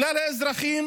לכלל האזרחים